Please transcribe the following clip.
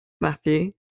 Matthew